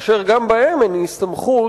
אשר גם בהן אין הסתמכות